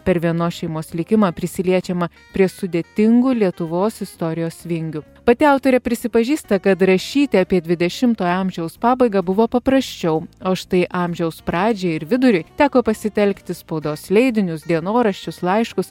per vienos šeimos likimą prisiliečiama prie sudėtingų lietuvos istorijos vingių pati autorė prisipažįsta kad rašyti apie dvidešimtojo amžiaus pabaigą buvo paprasčiau o štai amžiaus pradžiai ir viduriui teko pasitelkti spaudos leidinius dienoraščius laiškus